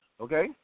Okay